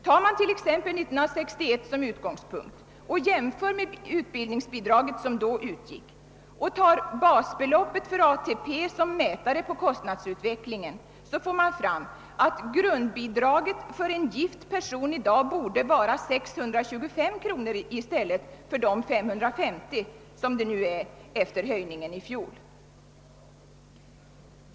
Tar man t.ex. 1961 som utgångspunkt och jämför med det utbildningsbidrag som då utgick och tar basbeloppet för ATP som mätare på kostnadsutvecklingen, får man fram, att grundbidraget för en gift person i dag borde vara 625 kronor i stället för de 550 som det är efter höjningen i fjol.